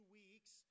weeks